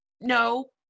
No